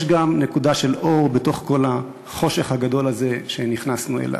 יש גם נקודה של אור בתוך כל החושך הגדול הזה שנכנסנו אליו.